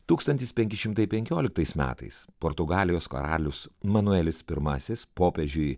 tūkstantis penki šimtai penkioliktais metais portugalijos karalius manuelis pirmasis popiežiui